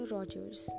Rogers